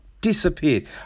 Disappeared